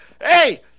Hey